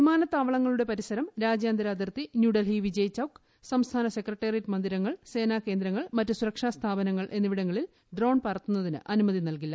വിമാനത്താവളങ്ങളുടെ പരിസരം രാജ്യാന്തര അതിർത്തി ന്യൂഡൽഹി സംസ്ഥാന വിജയ് ചൌക്ക് സെക്രട്ടേറിയറ്റ്മന്ദിരങ്ങൾ സേനാ കേന്ദ്രങ്ങൾ മറ്റു സുരക്ഷാ സ്ഥാപനങ്ങൾ എന്നിവിടങ്ങളിൽ ഡ്രോൺ പറത്തുന്നതിന് അനുമതി നൽകില്ല